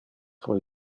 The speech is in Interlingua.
pro